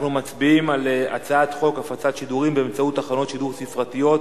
אנחנו מצביעים על הצעת חוק הפצת שידורים באמצעות תחנות שידור ספרתיות,